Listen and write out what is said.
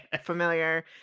familiar